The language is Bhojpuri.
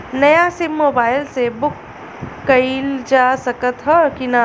नया सिम मोबाइल से बुक कइलजा सकत ह कि ना?